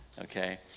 Okay